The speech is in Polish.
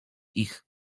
ich